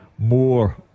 more